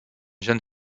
jeune